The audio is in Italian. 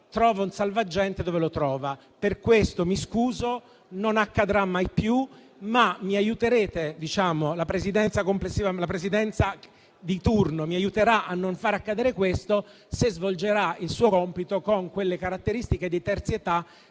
trova un salvagente dove lo trova. Per questo mi scuso, non accadrà mai più. La Presidenza di turno mi aiuterà a non far accadere questo, se svolgerà il suo compito con quelle caratteristiche di terzietà